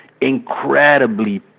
incredibly